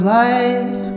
life